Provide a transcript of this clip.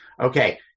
Okay